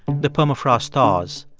the permafrost thaws.